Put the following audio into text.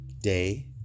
day